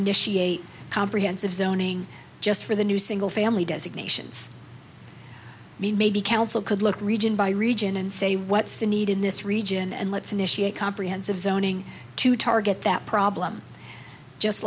initiate a comprehensive zoning just for the new single family designations maybe council could look region by region and say what's the need in this region and let's initiate comprehensive zoning to target that problem just